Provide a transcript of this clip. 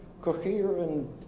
coherent